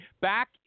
Back